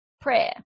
prayer